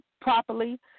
properly